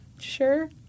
sure